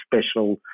special